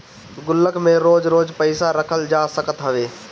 गुल्लक में रोज रोज पईसा रखल जा सकत हवे